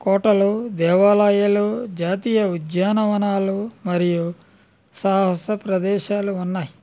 కోటలు దేవాలయాలు జాతీయ ఉద్యానవనాలు మరియు సాహస ప్రదేశాలు ఉన్నాయి